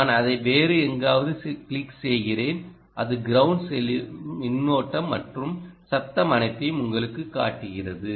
நான் அதை வேறு எங்காவது கிளிக் செய்கிறேன் அது கிரவுன்ட் செல்லும் மின்னோட்டம் மற்றும் சத்தம் அனைத்தையும் உங்களுக்குக் காட்டுகிறது